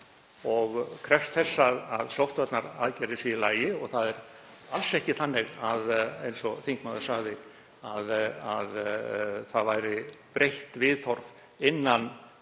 krefst þess að sóttvarnaaðgerðir séu í lagi og alls ekki þannig, eins og þingmaðurinn sagði, að það sé breytt viðhorf innan